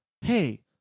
hey